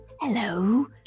Hello